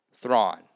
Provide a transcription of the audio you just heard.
Thrawn